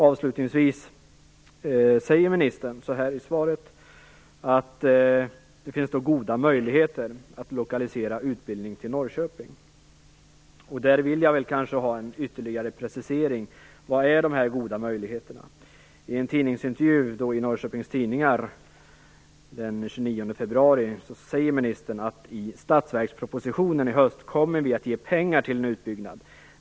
Avslutningsvis säger ministern i svaret att det finns goda möjligheter att lokalisera utbildning till Norrköping. Där vill jag ha en ytterligare precisering. Vilka är dessa goda möjligheter? I en tidningsintervju i Norrköpings Tidningar den 29 februari säger ministern: I statsverkspropositionen i höst kommer vi att ge pengar till en utbyggnad.